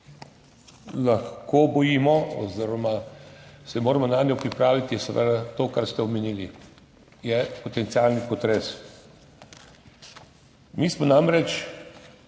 lahko bojimo oziroma se moramo nanjo pripraviti, je seveda to, kar ste omenili, potencialni potres. Mi smo namreč